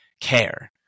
care